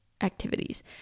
activities